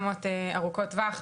ממגמות ארוכות טווח,